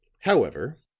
however,